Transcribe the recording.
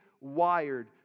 wired